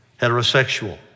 Heterosexual